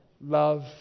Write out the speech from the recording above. love